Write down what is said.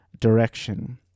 direction